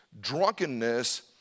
drunkenness